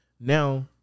now